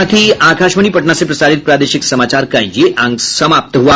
इसके साथ ही आकाशवाणी पटना से प्रसारित प्रादेशिक समाचार का ये अंक समाप्त हुआ